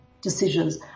decisions